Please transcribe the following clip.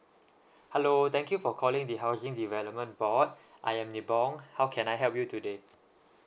hello thank you for calling the housing development board I am nippon how can I help you today